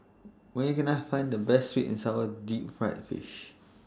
Where Can I Find The Best Sweet and Sour Deep Fried Fish